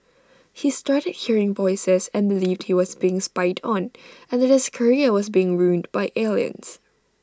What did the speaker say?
he started hearing voices and believed he was being spied on and that his career was being ruined by aliens